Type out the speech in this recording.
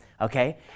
okay